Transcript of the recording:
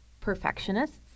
perfectionists